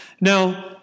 Now